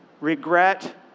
regret